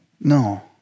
No